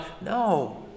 No